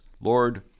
Lord